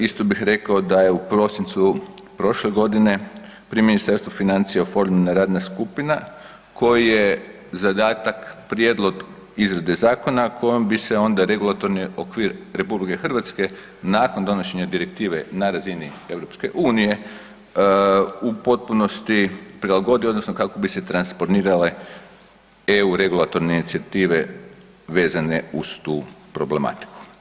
Isto bih rekao da je u prosincu prošle godine pri Ministarstvu financija oformljena radna skupina koji je zadatak prijedlog izrade zakona kojom bi se onda regulatorni okvir RH nakon donošenja direktive na razini EU u potpunosti prilagodio odnosno kako bi se transponirale EU regulatorne inicijative vezane uz tu problematiku.